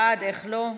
בעד, איך לא.